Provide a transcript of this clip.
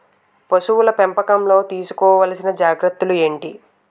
పశువుల పెంపకంలో తీసుకోవల్సిన జాగ్రత్తలు ఏంటి?